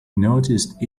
noticed